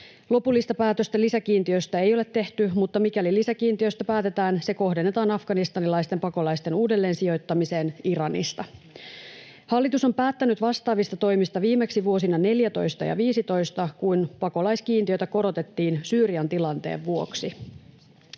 Lopullista päätöstä lisäkiintiöstä ei ole tehty, mutta mikäli lisäkiintiöstä päätetään, se kohdennetaan afganistanilaisten pakolaisten uudelleensijoittamiseen Iranista. Hallitus on päättänyt vastaavista toimista viimeksi vuosina 14 ja 15, kun pakolaiskiintiötä korotettiin Syyrian tilanteen vuoksi.